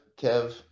Kev